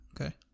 okay